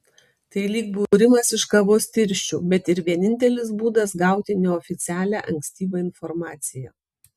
tai lyg būrimas iš kavos tirščių bet ir vienintelis būdas gauti neoficialią ankstyvą informaciją